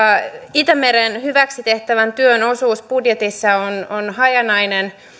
itämeren hyväksi tehtävän työn osuus budjetissa on hajanainen